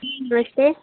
जी नमस्ते